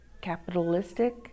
capitalistic